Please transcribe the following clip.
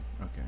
Okay